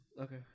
Okay